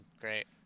great